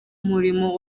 muriro